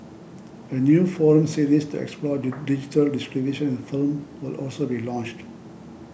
a new forum series to explore digital distribution in film will also be launched